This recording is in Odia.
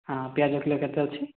ହଁ ପିଆଜ କିଲୋ କେତେ ଅଛି